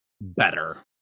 better